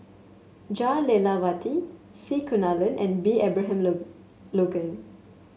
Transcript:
Jah Lelawati C Kunalan and B Abraham Logan